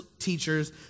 teachers